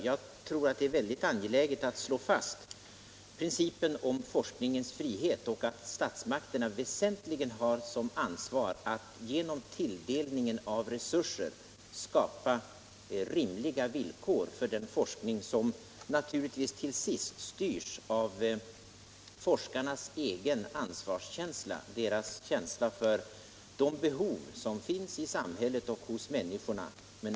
Jag tror att det är mycket angeläget att slå fast principen om forskningens frihet och att statsmakterna väsentligen har som ansvar att genom tilldelningen av resurser skapa rimliga villkor för den forskning som naturligtvis till sist styrs av forskarnas egen ansvarskänsla och deras känsla för de behov som finns i samhället och hos människorna.